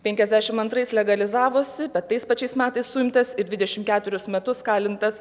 penkiasdešim antrais legalizavosi bet tais pačiais metais suimtas ir dvidešim keturius metus kalintas